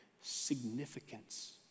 Significance